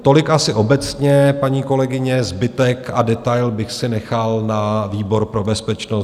Tolik asi obecně, paní kolegyně, zbytek a detail bych si nechal na výbor pro bezpečnost.